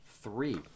Three